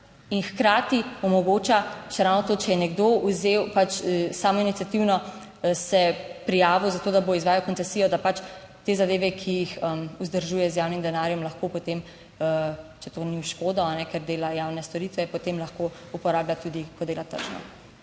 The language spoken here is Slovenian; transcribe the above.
in hkrati omogoča ravno to, če je nekdo vzel pač samoiniciativno se prijavil za to, da bo izvajal koncesijo, da pač te zadeve, ki jih vzdržuje z javnim denarjem lahko potem, če to ni v škodo, ker dela javne storitve, potem lahko uporablja tudi, ko dela tržno.